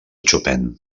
chopin